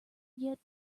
yet